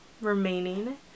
Remaining